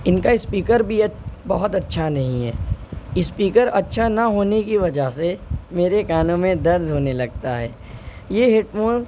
ان کا اسپیکربھی بہت اچھا نہیں ہے اسپیکر اچھا نہ ہونے کی وجہ سے میرے کانوں میں درد ہونے لگتا ہے یہ ہیڈ فونس